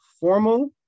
formal